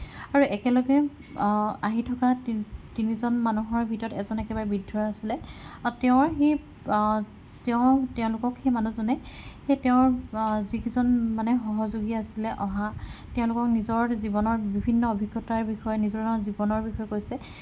আৰু একেলগে আহি থকা তিনিজন মানুহৰ ভিতৰত এজন একেবাৰে বৃদ্ধ আছিলে আৰু তেওঁৰ সেই তেওঁ তেওঁলোকক সেই মানুহজনে সেই তেওঁৰ যিকিজন মানে সহযোগী আছিলে অহা তেওঁলোকক নিজৰ জীৱনৰ বিভিন্ন অভিজ্ঞতাৰ বিষয়ে নিজৰ জীৱনৰ বিষয়ে কৈছে